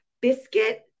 Biscuit